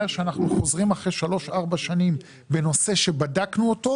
שאנחנו חוזרים אחרי שלוש-ארבע שנים בנושא שבדקנו אותו,